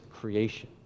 creation